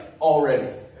Already